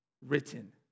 written